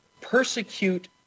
persecute